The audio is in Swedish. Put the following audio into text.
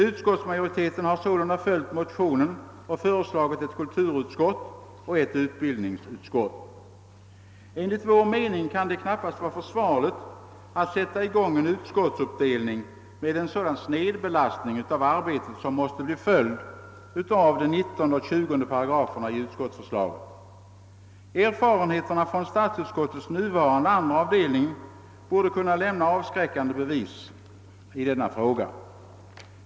Utskottsmajoriteten har således i enlighet med motionen föreslagit ett kulturutskott och ett utbildningsutskott. Enligt vår mening kan det knappast vara försvarligt att sätta i gång en utskottsuppdelning med en sådan snedbelastning av arbetet som måste bli en följd av 19 och 20 §§ i utskottsförslaget. Erfarenheterna från statsutskottets nuvarande andra avdelning borde kunna utgöra avskräckande bevis i denna fråga.